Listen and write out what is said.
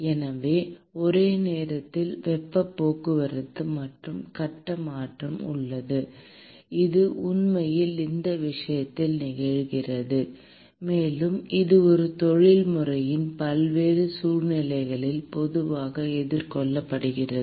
எனவே ஒரே நேரத்தில் வெப்பப் போக்குவரத்து மற்றும் கட்ட மாற்றம் உள்ளது இது உண்மையில் இந்த விஷயத்தில் நிகழ்கிறது மேலும் இது ஒரு தொழில்துறையின் பல்வேறு சூழ்நிலைகளில் பொதுவாக எதிர்கொள்ளப்படுகிறது